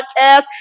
podcast